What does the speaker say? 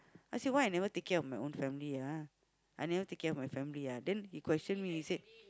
I say why I never take care of my own family ah I never take care of my family ah then he question me he said